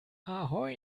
ahoi